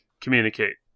communicate